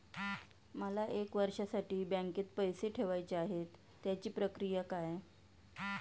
मला एक वर्षासाठी बँकेत पैसे ठेवायचे आहेत त्याची प्रक्रिया काय?